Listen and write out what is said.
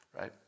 right